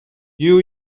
you